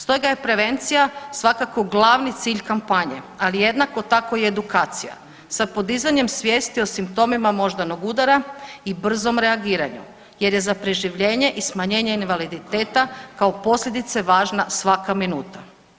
Stoga je prevencija svakako glavni cilj kampanje, ali jednako tako i edukacija sa podizanjem svijesti o simptomima moždanog udara i brzom reagiranju jer je za preživljenje i smanjenje invaliditeta kao posljedice važna svaka minuta.